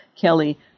Kelly